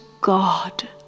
God